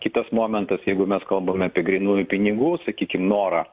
kitas momentas jeigu mes kalbame apie grynųjų pinigų sakykim norą